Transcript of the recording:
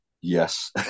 Yes